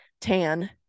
tan